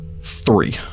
three